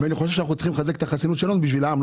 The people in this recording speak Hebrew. אני חושב שאנחנו צריכים לחזק את החסינות שלנו בשביל העם,